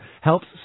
helps